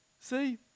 See